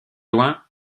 loin